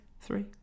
Three